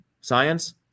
science